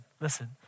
listen